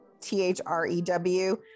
T-H-R-E-W